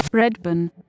Redburn